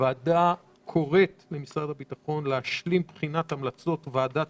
הוועדה קוראת למשרד הביטחון להשלים את בחינת המלצות ועדת